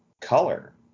color